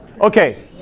Okay